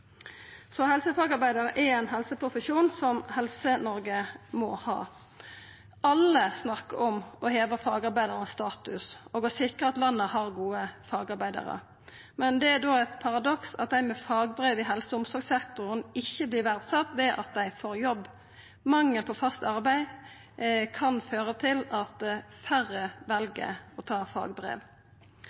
Så helsefagarbeidar er ein helseprofesjon som Helse-Noreg må ha. Alle snakkar om å heva statusen til fagarbeidarane og å sikra at landet har gode fagarbeidarar, men da er det eit paradoks at dei med fagbrev i helse- og omsorgssektoren ikkje vert verdsette ved at dei får jobb. Mangel på fast arbeid kan føra til at færre vel å ta fagbrev.